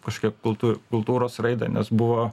kažkokią kultū kultūros raidą nes buvo